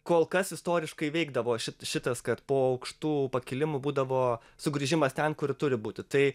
kol kas istoriškai veikdavo šit šitas kad po aukštų pakilimų būdavo sugrįžimas ten kur turi būti tai